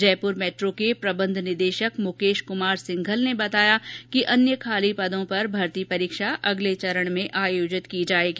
Jaipur metro के प्रबंध निदेशक मुकेश क्मार सिंघल ने बताया कि अन्य खाली पदों पर भर्ती परीक्षा अगले चरण में आयोजित होगी